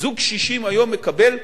זוג קשישים היום מקבל,